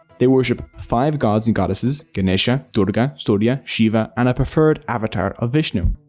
they worship five gods and goddesses ganesha, durga, surya, shiva, and a preferred avatar of vishnu.